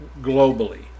globally